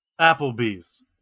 Applebee's